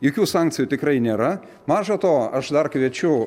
jokių sankcijų tikrai nėra maža to aš dar kviečiu